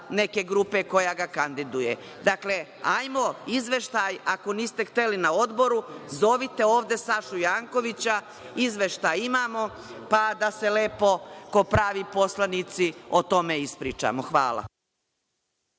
neke grupe koja ga kandiduje. Dakle, hajmo izveštaj, ako niste hteli na odboru, zovite ovde Sašu Jankovića, izveštaj imamo, pa da se lepo kao pravi poslanici o tome ispričamo. Hvala.